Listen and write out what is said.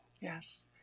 Yes